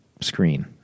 screen